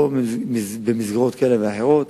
או במסגרות כאלה ואחרות.